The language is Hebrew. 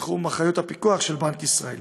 בתחום אחריות הפיקוח של בנק ישראל.